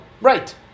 Right